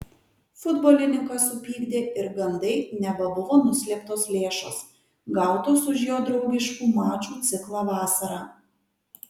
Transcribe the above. futbolininką supykdė ir gandai neva buvo nuslėptos lėšos gautos už jo draugiškų mačų ciklą vasarą